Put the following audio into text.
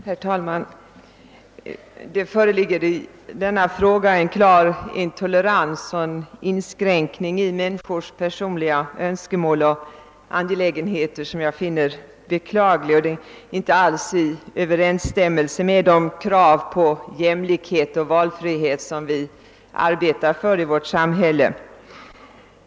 Herr talman! Förhållandena på det område som behandlas i detta ärende är uttryck för en intolerans och innebär en inskränkning i människors personliga önskemål och angelägenheter, som jag finner beklaglig och som jag menar inte alls står i överensstämmelse med de krav på jämlikhet och valfrihet för vilka vi arbetar i vårt samhälle.